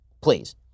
please